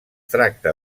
tracta